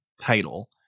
title